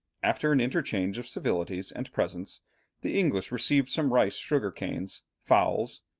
after an interchange of civilities and presents the english received some rice, sugar-canes, fowls,